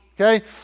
Okay